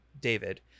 David